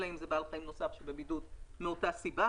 אלא אם זה בעל חיים נוסף שבבידוד מאותה סיבה.